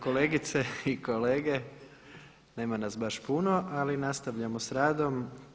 kolegice i kolege, nema nas baš puno ali nastavljamo sa radom.